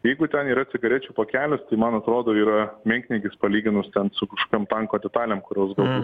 jeigu ten yra cigarečių pakelis tai man atrodo yra menkniekis palyginus ten su kažkokiom tanko detalėm kurios